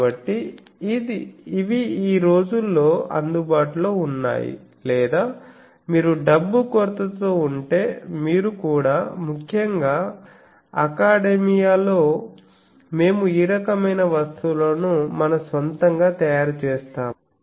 కాబట్టి ఇవి ఈ రోజుల్లో అందుబాటులో ఉన్నాయి లేదా మీరు డబ్బు కొరతతో ఉంటే మీరు కూడా ముఖ్యంగా అకాడెమియాలో మేము ఈ రకమైన వస్తువులను మన స్వంతంగా తయారుచేస్తాము